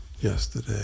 yesterday